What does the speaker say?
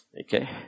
Okay